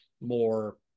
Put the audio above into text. more